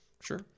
Sure